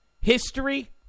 history